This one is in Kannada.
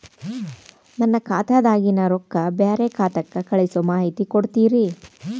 ನನ್ನ ಖಾತಾದಾಗಿನ ರೊಕ್ಕ ಬ್ಯಾರೆ ಖಾತಾಕ್ಕ ಕಳಿಸು ಮಾಹಿತಿ ಕೊಡತೇರಿ?